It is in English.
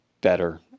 better